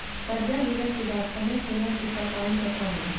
कर्जा लेला के बाद समय से ना चुका पाएम त का होई?